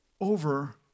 over